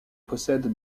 possède